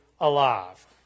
alive